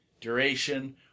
duration